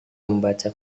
membaca